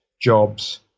jobs